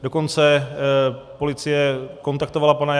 Dokonce policie kontaktovala pana